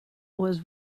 was